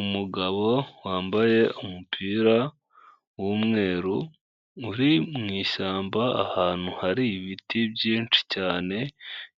Umugabo wambaye umupira w'umweru, uri mu ishyamba, ahantu hari ibiti byinshi cyane,